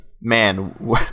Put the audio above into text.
man